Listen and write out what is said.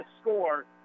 score